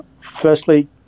Firstly